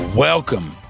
Welcome